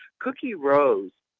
cookie rose,